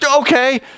okay